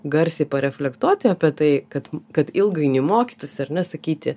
garsiai reflektuoti apie tai kad kad ilgainiui mokytųsi ar ne sakyti